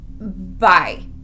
Bye